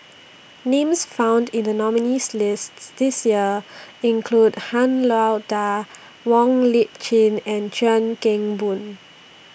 Names found in The nominees' lists This Year include Han Lao DA Wong Lip Chin and Chuan Keng Boon